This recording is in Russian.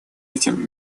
этим